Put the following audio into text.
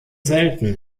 selten